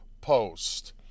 Post